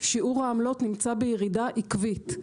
שיעור העמלות נמצא בירידה עקבית.